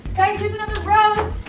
guys there's another rose!